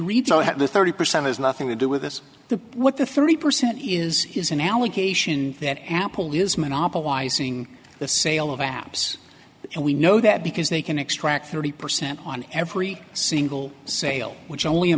read the thirty percent has nothing to do with this the what the three percent is is an allegation that apple is monopolizing the sale of apps and we know that because they can extract thirty percent on every single sale which only a